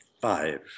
five